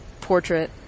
portrait